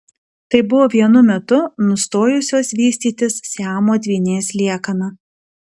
tai buvo vienu metu nustojusios vystytis siamo dvynės liekana